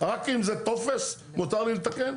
רק אם זה טופס מותר לי לתקן.